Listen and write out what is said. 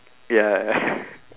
ya